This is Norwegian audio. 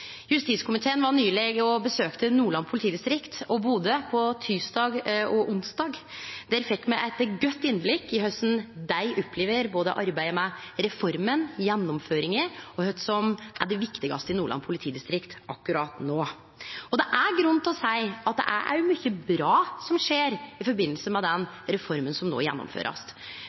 Justiskomiteen besøkte nyleg – på tysdag og onsdag – Nordland politidistrikt og Bodø. Der fekk me eit godt innblikk i korleis dei opplever både arbeidet med reforma, gjennomføringa og kva som er det viktigaste i Nordland politidistrikt akkurat no. Det er grunn til å seie at det òg er mykje bra som skjer i samband med den reforma som